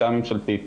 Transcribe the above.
כרגע.